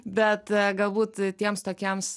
bet galbūt tiems tokiems